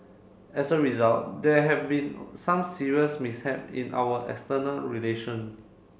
as a result there have been some serious mishap in our external relation